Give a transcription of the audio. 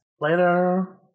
later